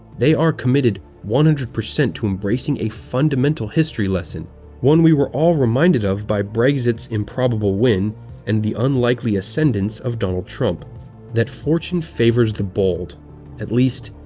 they are committed one hundred percent to embracing a fundamental history lesson one we were all reminded of by brexit's improbable win and the unlikely ascendence of donald trump that fortune favors the bold at least,